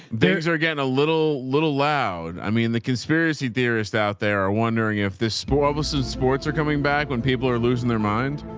are getting a little, little loud. i mean the conspiracy theorist out there are wondering if this sports versus sports are coming back when people are losing their mind.